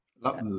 Love